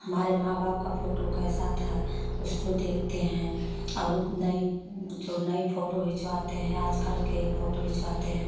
हमारे माँ बाप का कैसा था उसको देखते हैं अब नई जो नई फ़ोटो खिंचवाएँ हैं आजकल के फ़ोटो खिंचवाएँ हैं